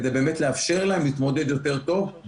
כדי באמת לאפשר להם להתמודד יותר טוב.